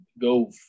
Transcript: go